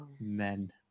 men